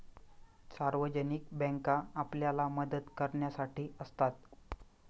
सार्वजनिक बँका आपल्याला मदत करण्यासाठी असतात